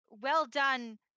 well-done